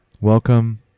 Welcome